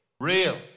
real